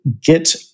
get